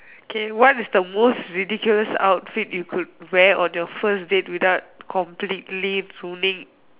K what is the most ridiculous outfit you could wear on the first day without completely grooming